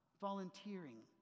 volunteering